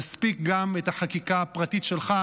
נספיק גם את החקיקה הפרטית שלך,